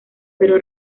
pero